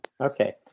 Okay